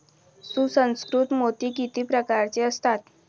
सुसंस्कृत मोती किती प्रकारचे असतात?